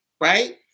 Right